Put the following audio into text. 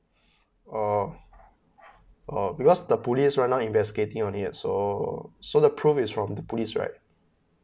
orh orh because the police right now is investigating on it so so the proof is from the police right